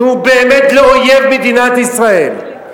אם הוא באמת לא אויב מדינת ישראל,